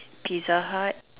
pizza hut